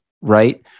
right